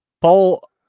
Paul